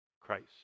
Christ